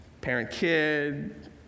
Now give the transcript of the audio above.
parent-kid